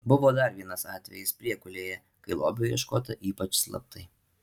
buvo dar vienas atvejis priekulėje kai lobio ieškota ypač slaptai